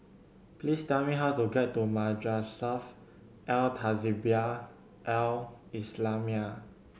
please tell me how to get to Madrasah Al Tahzibiah Al Islamiah